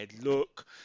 look